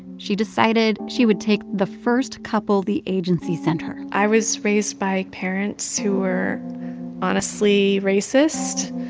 she decided she would take the first couple the agency sent her i was raised by parents who were honestly racist.